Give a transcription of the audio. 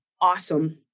awesome